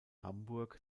hamburg